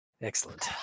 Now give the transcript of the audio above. excellent